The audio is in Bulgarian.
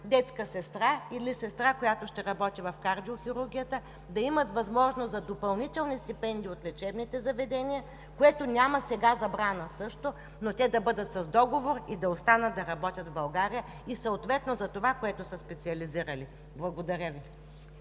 детска сестра или сестра, която ще работи в кардиохирургията – да имат възможност за допълнителни стипендии от лечебните заведения, за което сега няма забрана, но да бъдат с договор и да останат да работят в България по това, което са специализирали. Благодаря Ви.